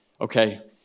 okay